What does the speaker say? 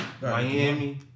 Miami